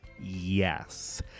Yes